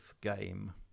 game